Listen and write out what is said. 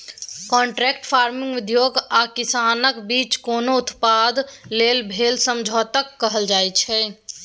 contract farming उद्योग आ किसानक बीच कोनो उत्पाद लेल भेल समझौताकेँ कहल जाइ छै